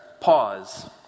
Pause